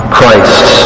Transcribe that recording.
Christ